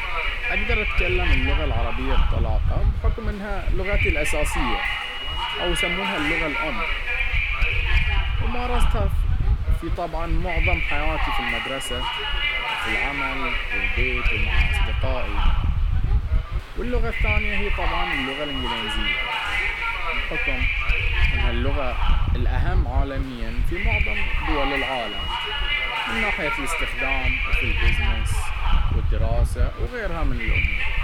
أقدر اتكلم اللغة العربية بطلاقة بحكم انها لغتي الأساسية أو يسمونها اللغة الأم ومارستها في طبعا معظم حياتي في المدرسة وفي العمل والبيت ومع أصدقائي واللغة الثانية هي طبعا اللغة الانجليزية: بحكم انها اللغة الأهم عالميا في معظم دول العالم من ناحية الاستخدام وفي البزنيس والدراسة وغيرها من الامور.